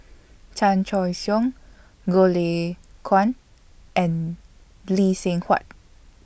Chan Choy Siong Goh Lay Kuan and Lee Seng Huat